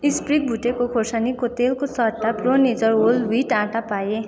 sprig भुटेको खुर्सानीको तेलको सट्टा प्रो नेचर होल ह्विट आँटा पाएँ